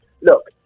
Look